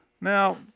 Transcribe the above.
Now